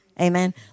Amen